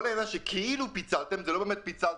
לא באמת ---,